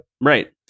Right